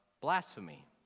blasphemy